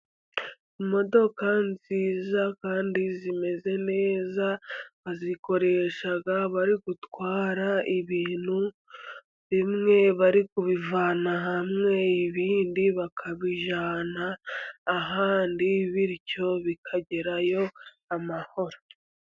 Mu modoka nziza kandi zimeze neza, bazikoresha bari gutwara ibintu bimwe, bari kubivana hamwe, ibindi bakabijyana ahandi, bityo bikagerayo amahoro.